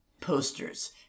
posters